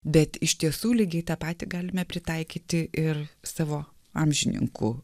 bet iš tiesų lygiai tą patį galime pritaikyti ir savo amžininkų